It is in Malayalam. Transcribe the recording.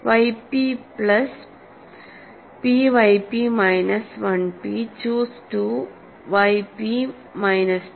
yp plus p y p minus 1 pചൂസ് 2 yp മൈനസ് 2 അവസാനം പ്ലസ് 1